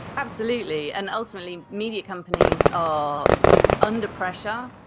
absolutely, and ultimately media companies are under pressure,